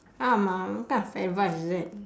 ah what kind of advice is that